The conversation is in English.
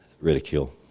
Ridicule